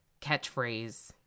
catchphrase